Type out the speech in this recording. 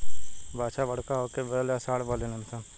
बाछा बड़का होके बैल या सांड बनेलसन